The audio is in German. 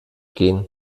gehen